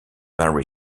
mary